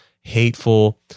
hateful